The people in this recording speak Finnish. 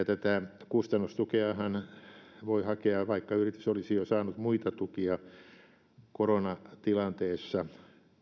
tätä kustannustukeahan voi hakea vaikka yritys olisi jo saanut muita tukia koronatilanteessa